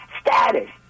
status